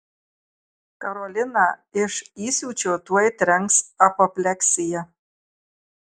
karoliną iš įsiūčio tuoj trenks apopleksija